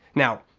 now,